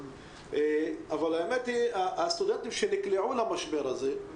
אבל האמת שהסטודנטים שנקלעו למשבר הזה,